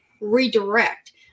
redirect